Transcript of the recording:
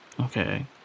Okay